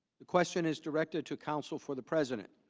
the question is directed to counsel for the president